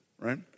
right